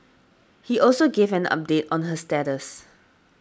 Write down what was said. he also gave an update on her status